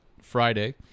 friday